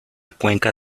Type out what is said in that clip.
cuenca